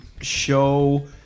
show